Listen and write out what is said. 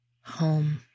home